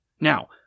Now